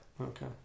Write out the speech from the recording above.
Okay